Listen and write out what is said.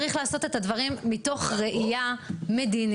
צריך לעשות את הדברים מתוך ראייה מדינית,